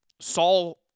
Saul